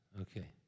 Okay